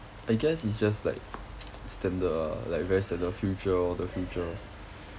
I guess it's just like standard ah like very standard future lor the future